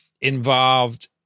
involved